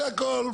זה הכל.